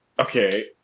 okay